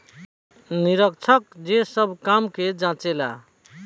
निरीक्षक जे सब काम के जांचे ला